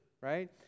right